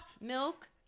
milk